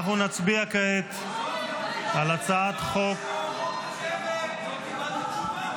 אנחנו נצביע כעת על הצעת חוק --- לא קיבלנו תשובה.